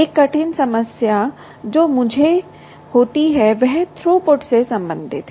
एक कठिन समस्या जो मुझे होती है वह थ्रूपुट से संबंधित है